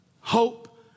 hope